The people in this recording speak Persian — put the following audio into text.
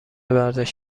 ورزش